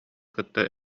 кытта